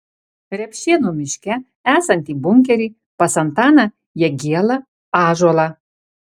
repšėnų miške esantį bunkerį pas antaną jagielą ąžuolą